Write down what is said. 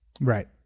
Right